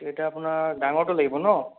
এইটো আপোনাৰ ডাঙৰটো লাগিব ন'